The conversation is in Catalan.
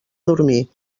dormir